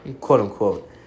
quote-unquote